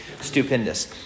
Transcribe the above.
stupendous